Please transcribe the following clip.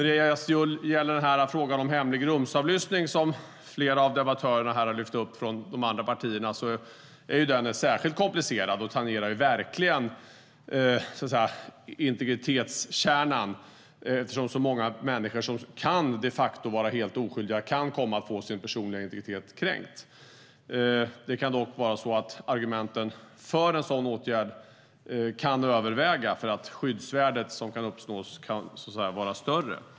Detta med hemlig rumsavlyssning, som flera av ledamöterna från andra partier har tagit upp, är särskilt komplicerat och tangerar verkligen kärnan i integriteten. Många människor som kan vara helt oskyldiga kan komma att få sin personliga integritet kränkt. Dock kan argumenten för en sådan åtgärd ändå överväga, eftersom det skyddsvärde som kan uppstå kan vara större.